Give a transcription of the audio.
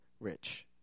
Rich